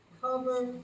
cover